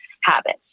habits